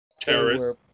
Terrorists